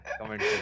Comment